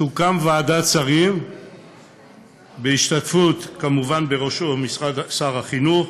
תוקם ועדת שרים בהשתתפות, כמובן, בראשה שר החינוך,